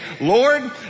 Lord